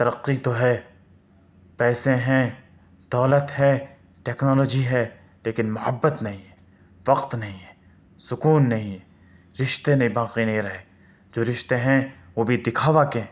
ترقی تو ہے پیسے ہیں دولت ہے ٹیکنالوجی ہے لیکن محبت نہیں ہے وقت نہیں ہے سکون نہیں ہے رشتے نہیں باقی نہیں رہے جو رشتے ہیں وہ بھی دکھاوا کے ہیں